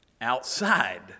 Outside